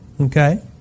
Okay